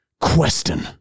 Question